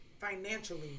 financially